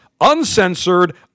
uncensored